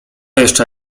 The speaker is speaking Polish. jeszcze